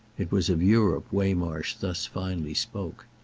it was of europe waymarsh thus finally spoke.